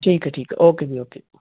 ਠੀਕ ਹੈ ਠੀਕ ਹੈ ਓਕੇ ਜੀ ਓਕੇ